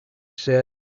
said